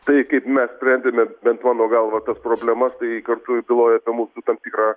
tai kaip mes sprendėme bent mano galva tas problemas tai kartoju byloja apie mūsų tam tikrą